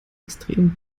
extrem